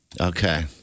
Okay